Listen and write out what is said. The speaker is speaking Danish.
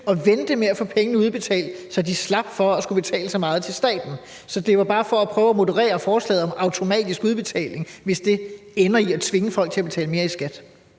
at vente med at få pengene udbetalt, så de slap for at skulle betale så meget til staten. Så det var bare for at prøve at moderere forslaget om automatisk udbetaling, hvis det skulle ende med at tvinge folk til at betale mere i skat.